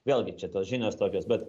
vėlgi čia tos žinios tokios bet